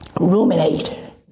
ruminate